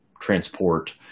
transport